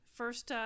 first